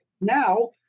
now